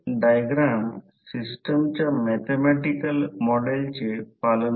तर पुढे इलेक्ट्रिकल करंटचे मॅग्नेटिक इफेक्ट आहेत